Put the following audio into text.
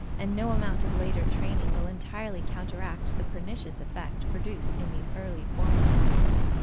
and no amount of later training will entirely counteract the pernicious effect produced in these early, formative years.